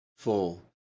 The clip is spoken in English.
Full